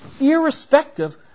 irrespective